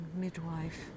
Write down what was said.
midwife